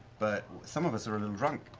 but some of us are a little drunk.